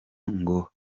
ngo